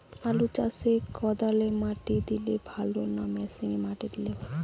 আলু চাষে কদালে মাটি দিলে ভালো না মেশিনে মাটি দিলে?